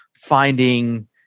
finding